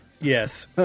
yes